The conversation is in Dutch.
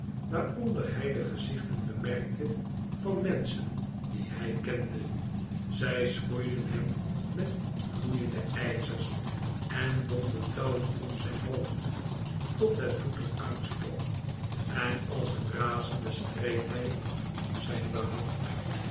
waaronder hij de gezichten bemerkte van menschen die hij kende zij schroeiden hem met gloeiende ijzers en bonden touwen om zijn hoofd tot het bloed er uitsprong en als een razende streed hij om zijn behoud